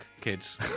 kids